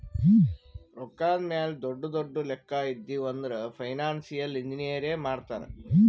ರೊಕ್ಕಾದ್ ಮ್ಯಾಲ ದೊಡ್ಡು ದೊಡ್ಡು ಲೆಕ್ಕಾ ಇದ್ದಿವ್ ಅಂದುರ್ ಫೈನಾನ್ಸಿಯಲ್ ಇಂಜಿನಿಯರೇ ಮಾಡ್ತಾರ್